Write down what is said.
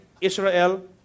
Israel